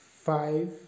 five